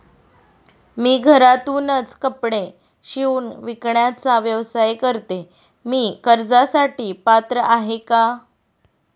मी घरातूनच कपडे शिवून विकण्याचा व्यवसाय करते, मी कर्जासाठी पात्र आहे का?